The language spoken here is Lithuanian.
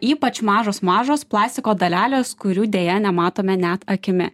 ypač mažos mažos plastiko dalelės kurių deja nematome net akimi